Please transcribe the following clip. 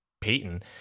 Peyton